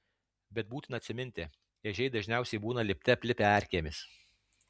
bet būtina atsiminti ežiai dažniausiai būna lipte aplipę erkėmis